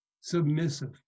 submissive